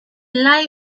light